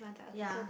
yea